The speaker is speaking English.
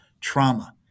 trauma